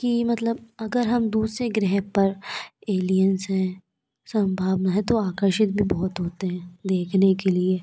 कि मतलब अगर हम दूसरे ग्रह पर एलिएंस है सम्भावना है तो आकर्षित भी बहुत होते हैं देखने के लिए